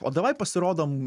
o davaj pasirodom